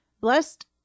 Blessed